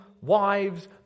wives